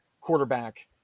quarterback